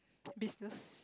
business